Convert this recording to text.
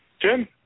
Jim